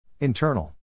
Internal